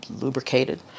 lubricated